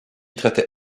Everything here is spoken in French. traitait